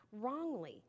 wrongly